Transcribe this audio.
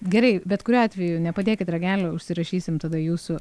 gerai bet kuriuo atveju nepadėkit ragelio užsirašysim tada jūsų